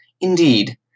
Indeed